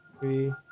three